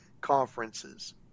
conferences